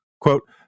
Quote